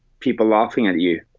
people laughing at you.